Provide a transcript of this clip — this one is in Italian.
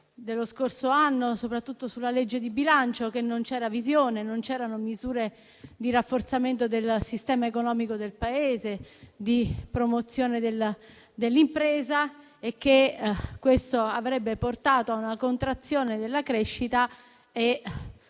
dello scorso anno, soprattutto sulla legge di bilancio, che non c'erano visione e misure di rafforzamento del sistema economico del Paese e di promozione dell'impresa e che questo avrebbe portato a una contrazione della crescita.